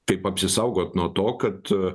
kaip apsisaugot nuo to kad